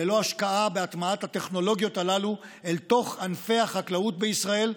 ללא השקעה בהטמעת הטכנולוגיות הללו בתוך ענפי החקלאות בישראל,